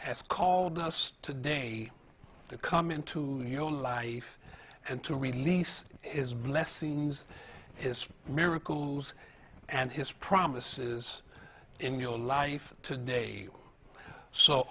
has called us today to come into your own life and to release his blessings that is for miracles and his promises in your life today so